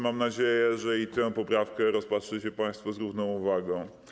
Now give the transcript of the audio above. Mam nadzieję, że i tę poprawkę rozpatrzycie państwo z równą uwagą.